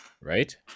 right